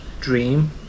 Dream